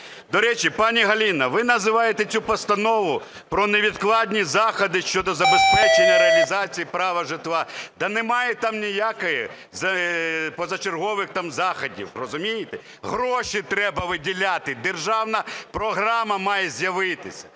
До речі, пані Галина, ви називаєте цю постанову – про невідкладні заходи щодо забезпечення реалізації прав на житло. Та немає там ніяких позачергових заходів, розумієте. Гроші треба виділяти, державна програма має з'явитися.